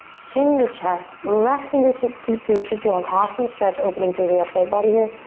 chin to chest, left fingertips sweep through. should feel an awesome stretch opening through the left side body here.